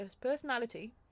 personality